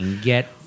Get